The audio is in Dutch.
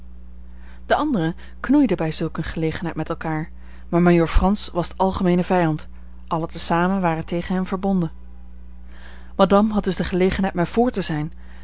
de anderen knoeiden bij zulk eene gelegenheid met elkaar maar majoor frans was de algemeene vijand allen te zamen waren tegen hem verbonden madame had dus de gelegenheid mij vr te zijn